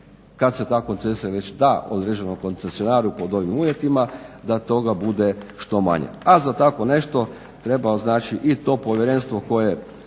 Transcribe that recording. kad se ta koncesija već da određenom koncesionaru pod ovim uvjetima da toga bude što manje, a za tako nešto treba znači i to povjerenstvo koje